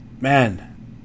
man